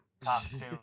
costume